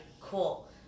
Cool